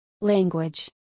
Language